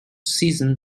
season